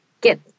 get